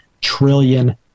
trillion